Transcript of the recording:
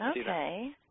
okay